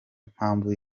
mpamvu